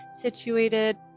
situated